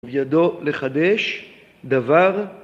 וידו לחדש דבר